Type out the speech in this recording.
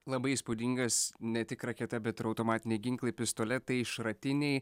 labai įspūdingas ne tik raketa bet ir automatiniai ginklai pistoletai šratiniai